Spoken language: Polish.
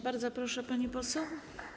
Bardzo proszę, pani poseł.